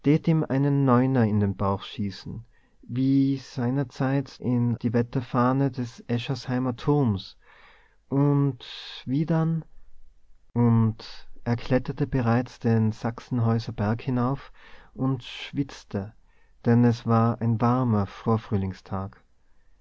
neuner in den bauch schießen wie seinerzeit in die wetterfahne des eschersheimer turms und wie dann und er kletterte bereits den sachsenhäuser berg hinauf und schwitzte denn es war ein warmer vorfrühlingstag